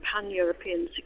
pan-European